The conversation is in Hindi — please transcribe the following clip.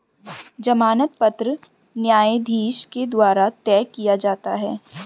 जमानत पत्र न्यायाधीश के द्वारा तय किया जाता है